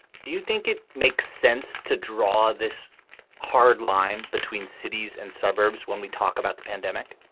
do you think it makes sense to draw this hard line between cities and suburbs? when we talk about the pandemic?